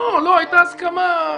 לא, הייתה הסכמה.